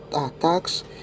attacks